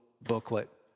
booklet